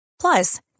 Plus